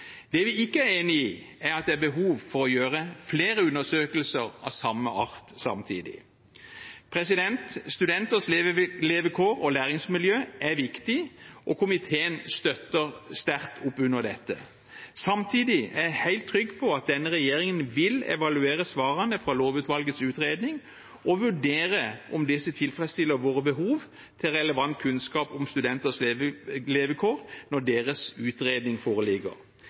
Det vi ikke er enig i, er at det er behov for å gjøre flere undersøkelser av samme art samtidig. Studenters levekår og læringsmiljø er viktig, og komiteen støtter sterkt oppunder dette. Samtidig er jeg helt trygg på at denne regjeringen vil evaluere svarene fra lovutvalgets utredning og vurdere om disse tilfredsstiller våre behov for relevant kunnskap om studenters levekår når deres utredning foreligger